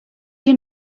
your